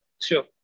Sure